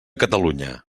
catalunya